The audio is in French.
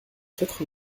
quatre